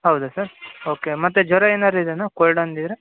ಹೌದಾ sir okay ಮತ್ತು ಜ್ವರ ಏನಾದರು ಇದೇನಾ ಕೋಯ್ಡ್ ಅಂದಿದ್ದರೆ